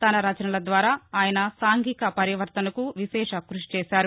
తన రచనల ద్వారా ఆయన సాంఘిక పరివర్తనకు విశేషక్బషి చేశారు